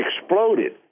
exploded